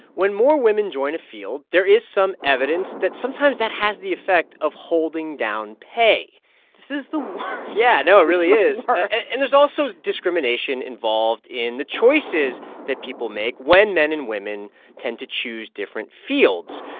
when more women join a field, there is some evidence that sometimes that has the effect of holding down pay this is the worst yeah, no, it really is the worst and there's also discrimination involved in the choices that people make when men and women tend to choose different fields.